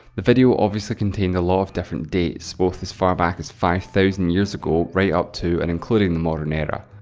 the video obviously contained a lot of different dates both as far back as five thousand years ago, right up to and including the modern era.